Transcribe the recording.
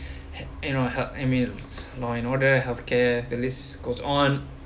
you know help I mean law and order healthcare the list goes on